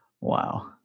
Wow